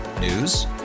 News